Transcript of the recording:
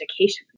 education